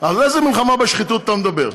על איזה מלחמה בשחיתות אתה מדבר?